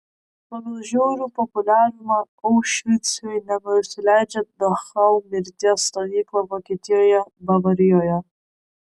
pagal žiaurų populiarumą aušvicui nenusileidžia dachau mirties stovykla vokietijoje bavarijoje